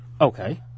Okay